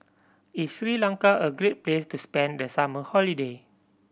is Sri Lanka a great place to spend the summer holiday